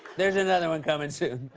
there's another one coming soon.